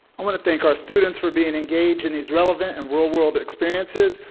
i wanna thank our students for being engaged in these relevant and real world experiences.